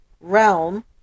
realm